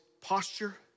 posture